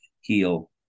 heal